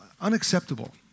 Unacceptable